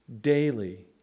daily